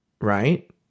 right